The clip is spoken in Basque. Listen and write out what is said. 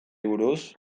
buruz